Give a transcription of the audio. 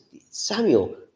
Samuel